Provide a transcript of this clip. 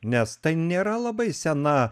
nes tai nėra labai sena